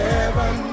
Heaven